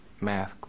math